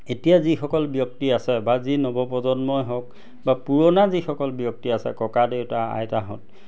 এতিয়া যিসকল ব্যক্তি আছে বা যি নৱপ্ৰজন্মই হওক বা পুৰণা যিসকল ব্যক্তি আছে ককা দেউতা আইতাহঁত